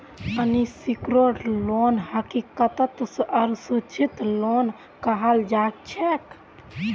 unsecured loan हकीकतत असुरक्षित loan कहाल जाछेक